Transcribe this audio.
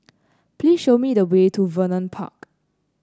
please show me the way to Vernon Park